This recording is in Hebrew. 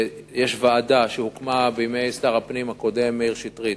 יש ועדה שהוקמה בימי שר הפנים הקודם, מאיר שטרית.